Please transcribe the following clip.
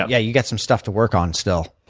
ah yeah, you've got some stuff to work on still.